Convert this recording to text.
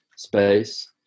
space